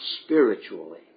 spiritually